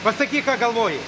pasakyk ką galvoji